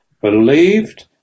believed